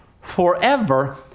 forever